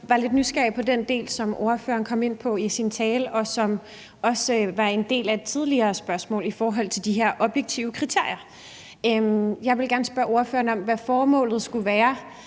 lidt nysgerrig på det, som ordføreren kom ind på i sin tale, og som også var en del af et tidligere spørgsmål, om de her objektive kriterier. Jeg vil gerne spørge ordføreren om, hvad formålet skulle være